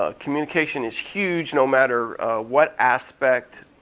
ah communication is huge no matter what aspect